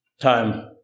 time